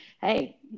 Hey